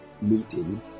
meeting